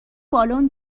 بالن